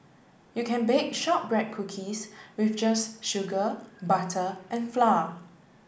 you can bake shortbread cookies with just sugar butter and flour